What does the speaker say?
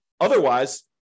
Otherwise